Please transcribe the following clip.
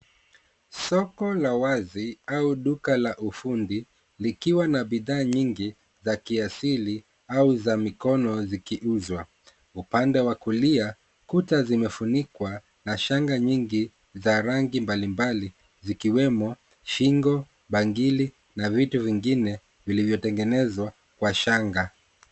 Soko la wazi au duka la ufundi likiwa na bidhaa nyingi za kiasili au za mikono zikiuzwa. Upande wa kulia kuta zimefunikwa na shanga nyingi za rangi mbalimbali zikiwemo shingo, bangili na vitu vingine vilivyotengenezwa kwa shanga.